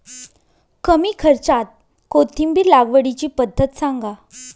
कमी खर्च्यात कोथिंबिर लागवडीची पद्धत सांगा